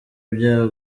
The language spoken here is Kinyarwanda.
bya